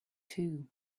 too